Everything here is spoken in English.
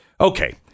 Okay